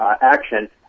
action